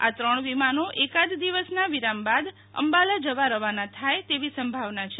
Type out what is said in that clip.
આ ત્રણ વિમાનો એકાદ દિવસના વિરામ બાદ અમ્બાલા જવા રવાના થાય તેવી સંભાવના છે